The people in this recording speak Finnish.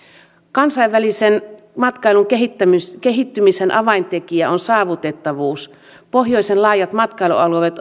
kansainvälisen matkailun kehittymisen avaintekijä on saavutettavuus pohjoisen laajat matkailualueet